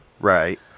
Right